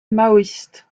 maoïste